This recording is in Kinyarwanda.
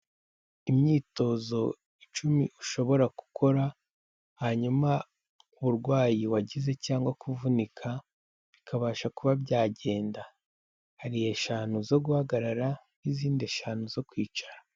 Imyitozo icumi ushobora gukora hanyuma uburwayi wagize cyangwa kuvunika bikabasha kuba byagenda, hari eshanu zo guhagarara n'izindi eshanu zo kwicara.